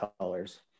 colors